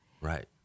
Right